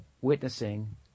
witnessing